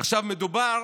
עכשיו, מדובר